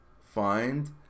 Find